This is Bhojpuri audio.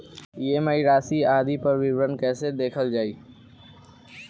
ई.एम.आई राशि आदि पर विवरण कैसे देखल जाइ?